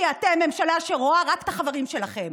כי אתם ממשלה שרואה רק את החברים שלכם,